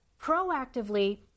proactively